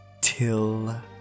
till